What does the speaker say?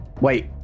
Wait